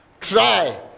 Try